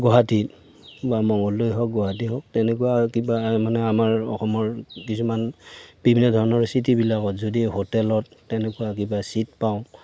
গুৱহাটীত বা মংগলদৈ হওক গুৱাহাটীয়ে হওক তেনেকুৱা কিবা মানে আমাৰ অসমৰ কিছুমান বিভিন্ন ধৰণৰ চিটিবিলাকত যদি হোটেলত তেনেকুৱা কিবা চীট পাওঁ